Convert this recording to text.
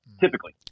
typically